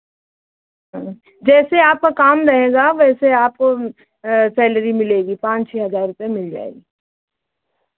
अच्छ जैसे आपका काम रहेगा वैसे आप सैलेरी मिलेगी पाँच छह हज़ार रुपए मिल जाएगी